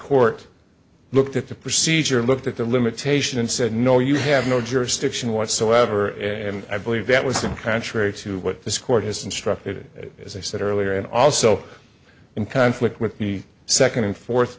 court looked at the procedure looked at the limitation and said no you have no jurisdiction whatsoever and i believe that was contrary to what this court has instructed as i said earlier and also in conflict with the second